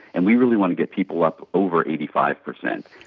and we really want to get people up over eighty five percent.